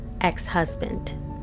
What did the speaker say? ex-husband